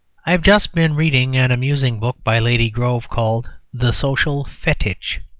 i have just been reading an amusing book by lady grove called the social fetich,